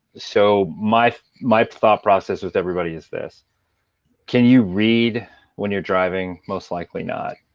so my my thought process with everybody is this can you read when you're driving? most likely not.